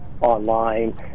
online